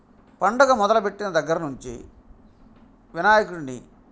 పండుగ మొదలుపెట్టిన దగ్గర నుంచి వినాయకుడిని